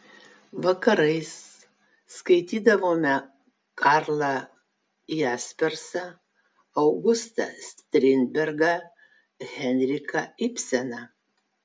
vakarais skaitydavome karlą jaspersą augustą strindbergą henriką ibseną